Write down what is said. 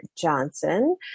Johnson